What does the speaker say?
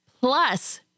plus